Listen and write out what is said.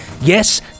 Yes